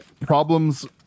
Problems